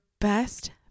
best